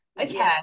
Okay